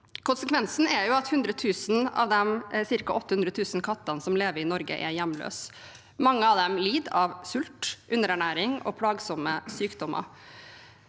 Konsekvensen er at 100 000 av de ca. 800 000 kattene som lever i Norge, er hjemløse. Mange av dem lider av sult, underernæring og plagsomme sykdommer.